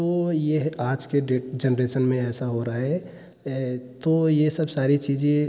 तो यह आज के डेट जेनरेशन में ऐसा हो रहा है तो यह सब सारी चीज़ें